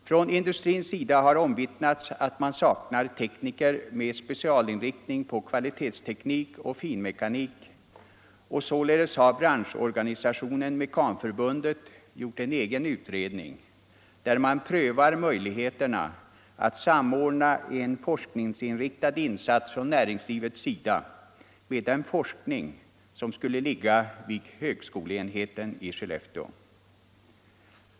Från industrins sida har omvittnats att man saknar tekniker med specialinriktning på kvalitetsteknik och finmekanik, och således har branschorganisationen Mekanförbundet gjort en egen utredning där man prövar möjligheterna att samordna en forskningsinriktad insats från näringslivets sida med den forskning som skulle ligga vid högskoleenheten.